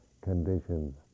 conditions